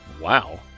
Wow